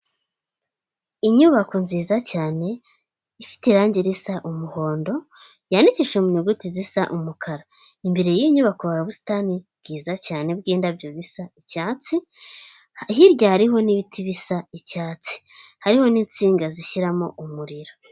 Inyubako nziza cyane ifite irangi risa umuhondo yandikishije mu nyuguti zisa umukara, imbere y'inyubako hari ubusitani bwiza cyane bw'indabyo zisa icyatsi hirya hariho n'ibiti bisa icyatsi hariho n'insinga zishyiramo umuriro.